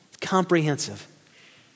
Comprehensive